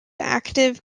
active